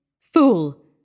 Fool